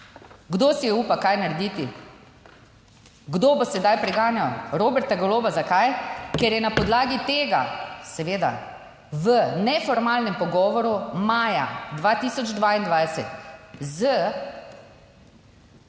Kdo si je upal kaj narediti? Kdo bo sedaj preganjal Roberta Goloba, zakaj, ker je na podlagi tega seveda v neformalnem pogovoru maja 2022 s